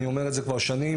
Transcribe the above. אני אומר את זה כבר שנים,